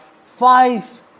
five